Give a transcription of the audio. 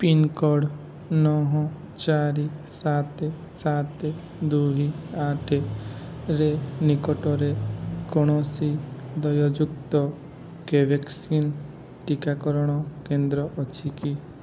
pincode ନଅ ଚାରି ସାତ ସାତ ଦୁଇ ଆଠ ରେ ନିକଟରେ କୌଣସି ଦେୟଯୁକ୍ତ କୋଭ୍ୟାକ୍ସିନ୍ ଟିକାକରଣ କେନ୍ଦ୍ର ଅଛି କି